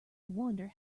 wonder